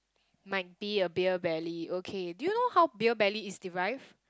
might be a beer belly okay do you know how beer belly is derived